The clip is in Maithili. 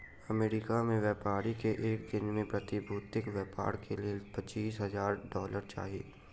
अमेरिका में व्यापारी के एक दिन में प्रतिभूतिक व्यापार के लेल पचीस हजार डॉलर चाही